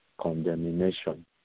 condemnation